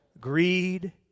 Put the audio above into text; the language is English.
greed